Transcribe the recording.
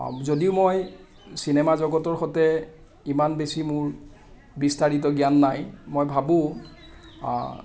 যদিও মই চিনেমা জগতৰ সৈতে ইমান বেছি মোৰ বিস্তাৰিত জ্ঞান নাই মই ভাবোঁ